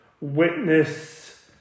witness